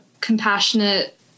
compassionate